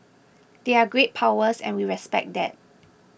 they're great powers and we respect that